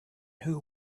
who